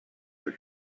for